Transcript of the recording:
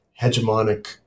hegemonic